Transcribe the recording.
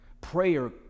Prayer